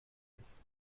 this